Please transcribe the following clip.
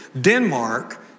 Denmark